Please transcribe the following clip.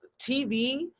TV